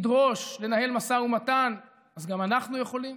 לדרוש, לנהל משא ומתן, אז גם אנחנו יכולים.